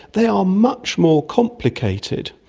they are much more complicated.